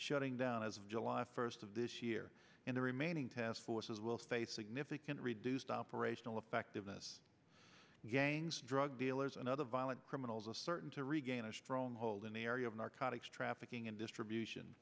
shutting down as of july first of this year in the remaining task forces will stay significant reduced operational effectiveness gangs drug dealers and other violent criminals are certain to regain a stronghold in the area of narcotics trafficking and distribution